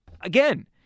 again